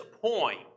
point